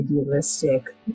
idealistic